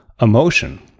emotion